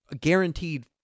guaranteed